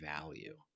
value